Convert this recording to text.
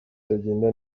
ibitagenda